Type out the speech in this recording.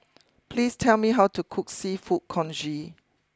please tell me how to cook Seafood Congee